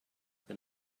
than